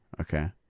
Okay